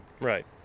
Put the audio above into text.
Right